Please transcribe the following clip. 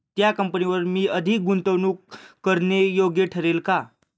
त्या कंपनीवर मी अधिक गुंतवणूक करणे योग्य ठरेल का?